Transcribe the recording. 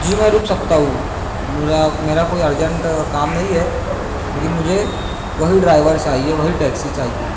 جی میں رک سکتا ہوں میرا میرا کوئی ارجنٹ کام نہیں ہے لیکن مجھے وہی ڈرائیور چاہیے وہی ٹیکسی چاہیے